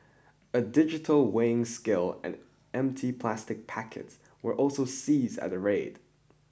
a digital weighing scale and empty plastic packets were also seized at the raid